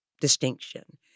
distinction